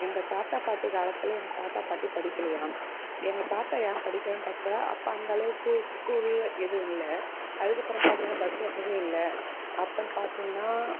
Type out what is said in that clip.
எங்கள் தாத்தா பாட்டி காலத்தில் எங்கள் தாத்தா பாட்டி படிக்கிலையாம் எங்கள் தாத்தா ஏன் படிக்கிலன்னு பார்த்தா அப்போ அந்தளவுக்கு ஸ்கூல் எதுவும் இல்லை அதுக்கு அப்புறம் பார்த்திங்கன்னா பஸ் வசதியும் இல்லை அப்பனு பார்த்திங்கன்னா